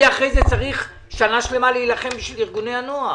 אני צריך אחר כך שנה שלמה להילחם בשביל ארגוני הנוער.